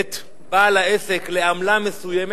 את בעל העסק לעמלה מסוימת,